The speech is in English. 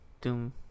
Doom